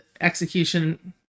execution